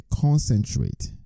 concentrate